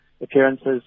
appearances